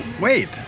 wait